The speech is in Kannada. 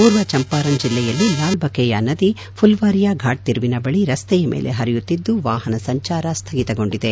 ಪೂರ್ವ ಚಂಪಾರಣ್ ಜಿಲ್ಲೆಯಲ್ಲಿ ಲಾಲ್ ಬಖೇಯ ನದಿ ಪುಲ್ವಾರಿಯಾ ಘಾಟ್ ತಿರುವಿನ ಬಳಿ ರಸ್ತೆಯ ಮೇಲೆ ಹರಿಯುತ್ತಿದ್ದು ವಾಹನ ಸಂಚಾರ ಸ್ಥಗಿತಗೊಂಡಿದೆ